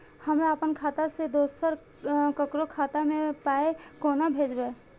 हमरा आपन खाता से दोसर ककरो खाता मे पाय कोना भेजबै?